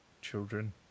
children